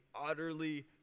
utterly